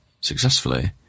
Successfully